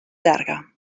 llarga